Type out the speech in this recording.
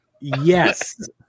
yes